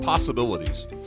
possibilities